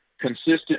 consistent